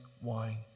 wine